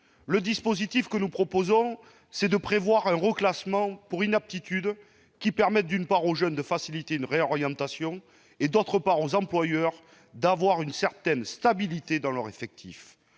Le dispositif que nous proposons consiste à prévoir un reclassement pour inaptitude qui permette à la fois aux jeunes de voir leur réorientation facilitée et aux employeurs d'avoir une certaine stabilité dans leur effectif.